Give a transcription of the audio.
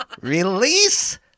Release